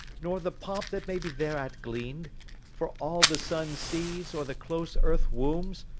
nor the pomp that may be thereat glean'd for all the sun sees or the close earth wombs,